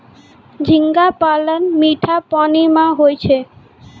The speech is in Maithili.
झींगा पालन मीठा पानी मे होय छै